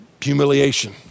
humiliation